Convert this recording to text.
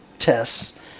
tests